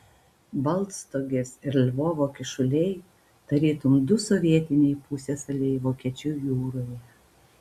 baltstogės ir lvovo kyšuliai tarytum du sovietiniai pusiasaliai vokiečių jūroje